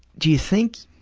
do you think